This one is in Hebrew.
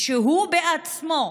ושהוא בעצמו,